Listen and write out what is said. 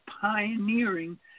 pioneering